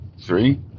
three